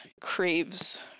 craves